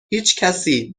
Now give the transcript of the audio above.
هیچکسی